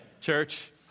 church